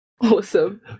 Awesome